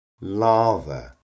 lava